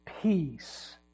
peace